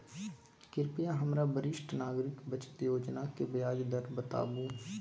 कृपया हमरा वरिष्ठ नागरिक बचत योजना के ब्याज दर बताबू